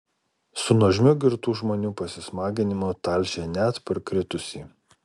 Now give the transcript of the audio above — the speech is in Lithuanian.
su nuožmiu girtų žmonių pasismaginimu talžė net parkritusį